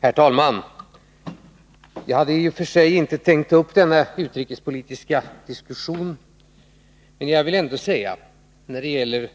Herr talman! Jag hade i och för sig inte tänkt ta upp denna utrikespolitiska diskussion, men jag vill när det gäller